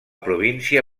província